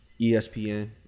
ESPN